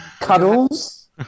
Cuddles